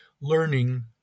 learning